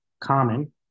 common